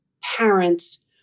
parents